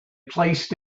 placed